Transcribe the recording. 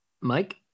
Mike